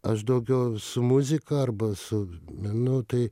aš daugiau su muzika arba su menu tai